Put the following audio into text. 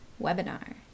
webinar